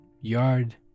yard